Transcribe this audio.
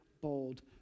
bold